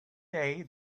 day